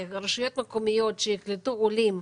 רשויות מקומיות שיקלטו עולים,